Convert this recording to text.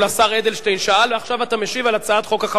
השר אדלשטיין שאל ועכשיו אתה משיב על הצעת חוק החברות.